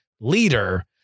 leader